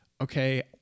okay